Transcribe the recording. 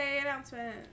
announcement